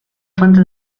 fuente